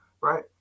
right